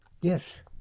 Yes